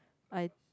I